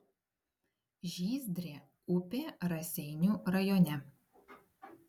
žyzdrė upė raseinių rajone